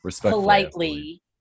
politely